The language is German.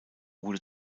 wurde